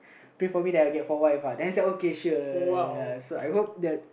pray for me that I'll get four wife uh then I say okay sure so I hope that